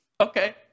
Okay